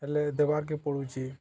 ହେଲେ ଦେବାର୍କେ ପଡ଼ୁଚି